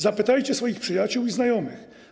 Zapytajcie swoich przyjaciół i znajomych.